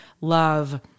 Love